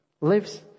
lives